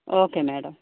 okay madam